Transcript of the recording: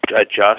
adjust